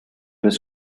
was